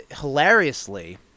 Hilariously